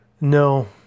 no